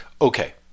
Okay